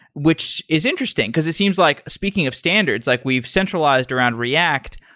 which is interesting, because it seems like speaking of standards, like we've centralized around react.